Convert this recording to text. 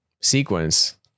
sequence